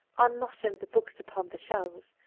are not in the books upon the shelves,